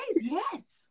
Yes